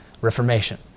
reformation